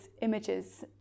images